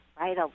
right